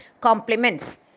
compliments